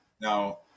now